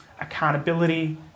accountability